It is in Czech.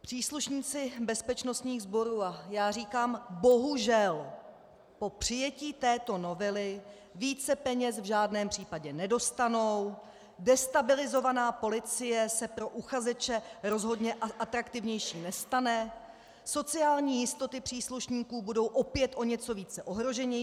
Příslušníci bezpečnostních sborů a já říkám, bohužel po přijetí této novely více peněz v žádném případě nedostanou, destabilizovaná policie se pro uchazeče rozhodně atraktivnější nestane, sociální jistoty příslušníků budou opět o něco více ohrožené.